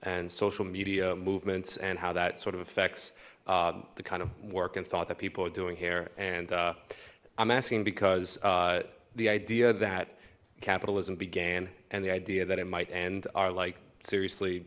and social media movements and how that sort of affects the kind of work and thought that people are doing here and i'm asking because the idea that capitalism began and the idea that it might end are like